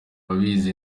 urabizi